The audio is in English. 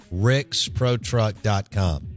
ricksprotruck.com